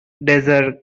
desert